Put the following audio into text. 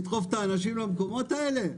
לדחוף את האנשים למקומות האלה?